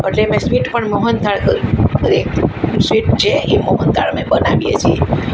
અટલે અમે સ્વીટ પણ મોહનથાળ કરીએ સ્વીટ જે મોહનથાળ એ અમે બનાવીએ છીએ